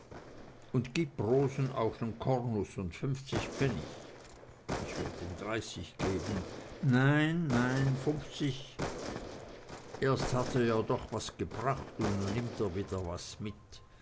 und gib brosen auch nen kornus und funfzig pfennig ich werd ihm dreißig geben nein nein funfzig erst hat er ja doch was gebracht und nu nimmt er wieder was mit